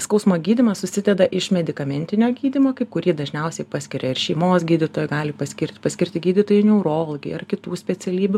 skausmo gydymas susideda iš medikamentinio gydymo kai kurį dažniausiai paskiria ir šeimos gydytoja gali paskirti paskirti gydytojai neurologei ar kitų specialybių